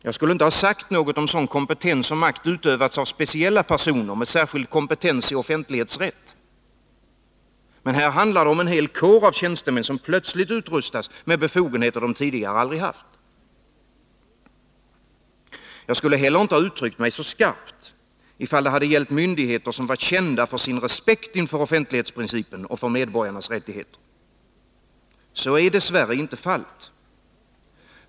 Jag skulle inte ha sagt något; om en sådan makt utövats av speciella personer med särskild kompetens i offentlighetsrätt. Men här handlar det om en hel kår av tjänstemän, som plötsligt utrustas med befogenheter de tidigare aldrig haft. é Jag skulle heller inte ha uttryckt mig så skarpt, ifall det hade gällt myndigheter som var kända för sin respekt för offentlighetsprincipen och för medborgarnas rättigheter. Så är dess värre inte fallet.